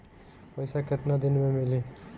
पैसा केतना दिन में मिली?